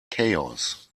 chaos